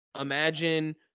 imagine